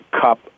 Cup